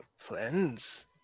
Plans